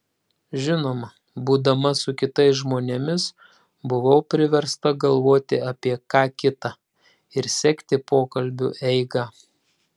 žinoma būdama su kitais žmonėmis buvau priversta galvoti apie ką kita ir sekti pokalbių eigą